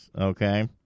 okay